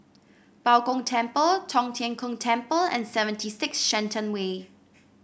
Bao Gong Temple Tong Tien Kung Temple and sevent six Shenton Way